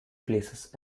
places